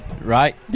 right